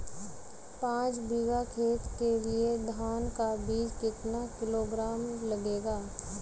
पाँच बीघा खेत के लिये धान का बीज कितना किलोग्राम लगेगा?